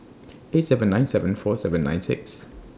eight seven nine seven four seven nine six